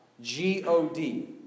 G-O-D